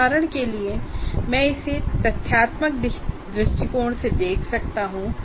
उदाहरण के लिए मैं इसे तथ्यात्मक दृष्टिकोण से देख सकता हूँ